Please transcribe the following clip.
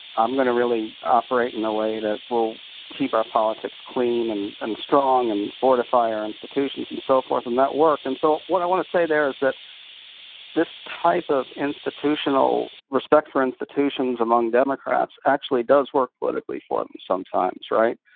i'm going to really operate in a way that will keep our politics clean and and strong and fortify our institutions, and so forth, and that work. and so what i want to say there is that this type of institutional respect for institutions among democrats actually does work politically for them sometimes, right?